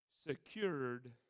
secured